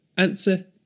Answer